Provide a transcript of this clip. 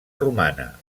romana